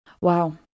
Wow